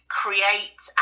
create